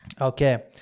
Okay